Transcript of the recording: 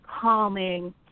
calming